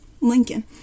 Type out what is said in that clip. Lincoln